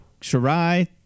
Shirai